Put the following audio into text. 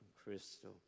Crystal